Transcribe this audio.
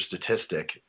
statistic